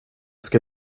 ska